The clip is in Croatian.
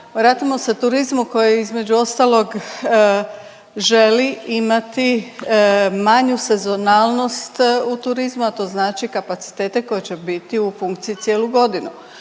vratimo se turizmu koji između ostalog želi imati manju sezonalnost u turizmu, a to znači kapacitete koji će biti u funkciji cijelu godinu.